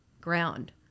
ground